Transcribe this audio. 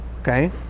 Okay